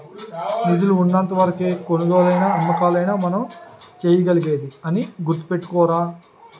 నిధులు ఉన్నంత వరకే కొనుగోలైనా అమ్మకాలైనా మనం చేయగలిగేది అని గుర్తుపెట్టుకోరా